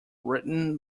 written